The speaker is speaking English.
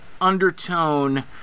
undertone